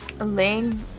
laying